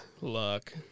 luck